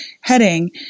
heading